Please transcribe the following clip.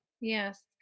Yes